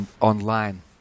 online